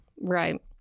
Right